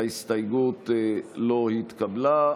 ההסתייגות לא התקבלה.